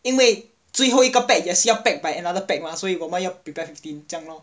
因为最后一个 peg 也是要 peg by another peg mah 所以我们要 prepare fifteen 这样 lor